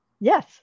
yes